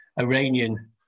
Iranian